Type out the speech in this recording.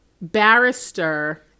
barrister